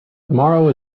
tomorrow